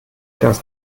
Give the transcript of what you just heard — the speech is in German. das